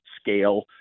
scale